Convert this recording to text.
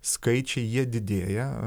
skaičiai jie didėja